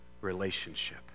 relationship